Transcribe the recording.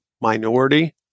minority